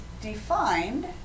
defined